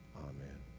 Amen